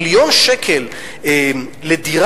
מיליון שקל לדירה,